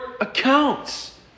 accounts